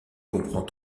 comprend